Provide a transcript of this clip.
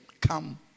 Come